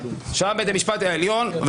שם בית המשפט העליון אמר,